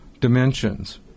dimensions